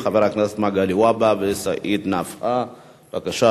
עברה בקריאה שנייה ובקריאה שלישית,